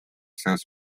seas